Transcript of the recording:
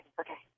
okay